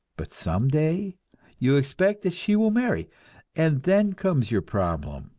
but some day you expect that she will marry and then comes your problem.